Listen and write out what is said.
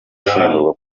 ishyingurwa